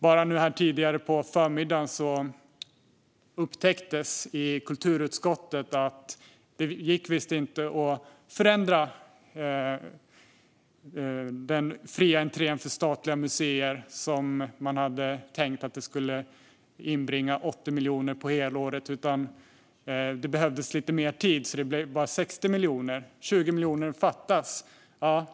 Bara här tidigare på förmiddagen upptäcktes i kulturutskottet att det visst inte gick att förändra den fria entrén för statliga museer som man hade tänkt skulle inbringa 80 miljoner på helåret. Det behövdes lite mer tid, så det blev bara 60 miljoner. Det fattas 20 miljoner.